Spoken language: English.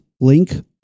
link